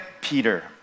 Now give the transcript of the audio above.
Peter